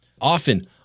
often